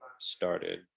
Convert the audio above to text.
started